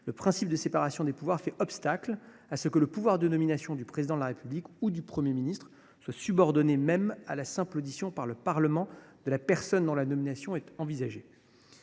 le principe de la séparation des pouvoirs fait obstacle à ce que le pouvoir de nomination du Président de la République ou du Premier ministre soit subordonné même à la simple audition par le Parlement de la personne dont la nomination est envisagée